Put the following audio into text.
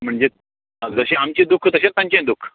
म्हणजे व्हडलेशें आमचें दुख्ख तशें तांचें दुख्ख